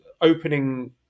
opening